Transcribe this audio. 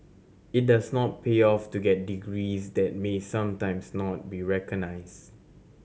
it does not pay off to get degrees that may sometimes not be recognised